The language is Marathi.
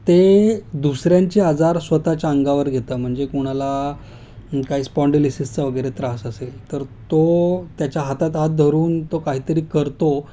ते दुसऱ्यांची आजार स्वतःच्या अंगावर घेतं म्हणजे कोणाला काही स्पॉडिलिसिसचा वगैरे त्रास असेल तर तो त्याच्या हातात हात धरून तो काहीतरी करतो